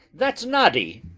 that's noddy.